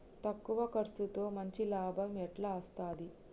తక్కువ కర్సుతో మంచి లాభం ఎట్ల అస్తది?